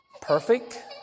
Perfect